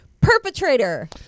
Perpetrator